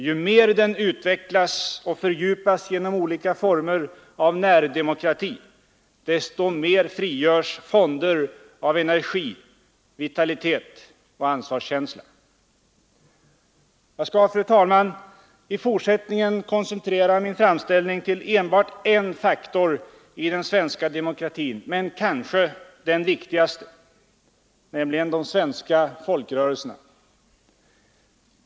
Ju mer den utvecklas och fördjupas genom olika former av närdemokrati, desto mer frigörs fonder av energi, vitalitet och ansvarskänsla.” Jag skall, fru talman, i fortsättningen koncentrera min framställning till enbart en, men kanske den viktigaste faktorn i den svenska demokratin, nämligen våra folkrörelser.